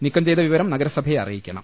നീക്കം ചെയ്ത വിവരം നഗരസഭയെ അറിയിക്കണം